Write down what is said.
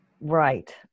Right